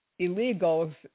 illegals